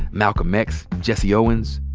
malcolm x, jesse owens.